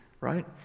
right